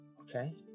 Okay